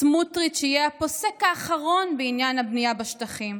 'סמוטריץ' יהיה הפוסק האחרון בעניין הבנייה בשטחים',